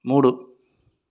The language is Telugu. మూడు